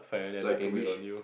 so I can reach